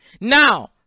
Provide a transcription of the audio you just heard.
Now